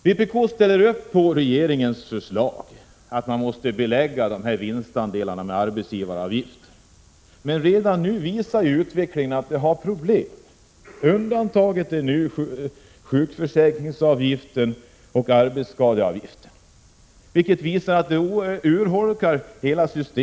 Vpk ställer upp på regeringens förslag, att man måste belägga dessa vinstandelar med arbetsgivaravgift. Men redan nu visar utvecklingen att det innebär problem. Sjukförsäkringsavgiften och arbetsskadeavgiften är un refererats här, att nio av tio anställda tycker att vinstandelssystemen är bra. dantagna, vilket visar att hela systemet ändå urholkas. Regeringsförslaget, — Prot.